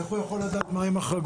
איך הוא יכול לדעת מה הן החרגות?